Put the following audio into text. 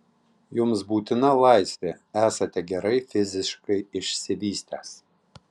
jums būtina laisvė esate gerai fiziškai išsivystęs